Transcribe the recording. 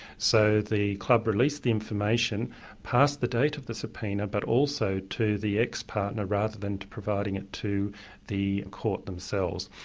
so the club released the information past the date of the subpoena, but also to the ex-partner rather than providing it to the court themselves.